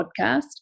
podcast